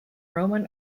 roman